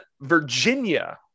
Virginia